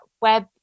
Web